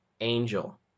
angel